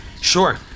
Sure